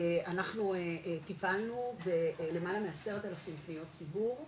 אנחנו טיפלנו בלמעלה מ-10 אלף פניות ציבור,